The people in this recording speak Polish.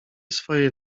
swoje